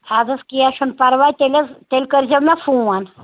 اَدٕ حظ کیٚنٛہہ چھُنہٕ پَرواے تیٚلہِ حظ تیٚلہِ کٔرۍزیو مےٚ فون